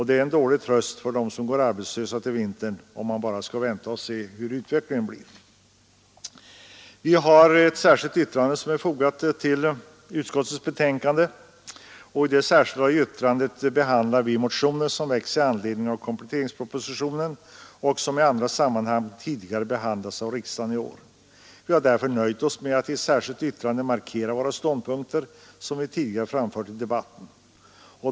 Det är en dålig tröst för dem som får gå arbetslösa till vintern, om man bara skall vänta och se utvecklingen I det särskilda yttrande som är fogat till utskottets betänkande behandlar vi de motioner som väckts i anledning av kompletteringspropositionen och som i andra sammanhang tidigare behandlats av riksdagen i år. Vi har därför nöjt oss med att i ett särskilt yttrande markera våra ståndpunkter, som vi tidigare framfört i debatten.